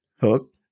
Hook